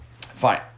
Fine